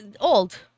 old